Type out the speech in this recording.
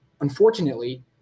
unfortunately